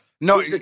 No